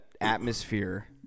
atmosphere